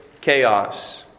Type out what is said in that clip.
chaos